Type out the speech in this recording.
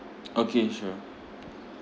okay sure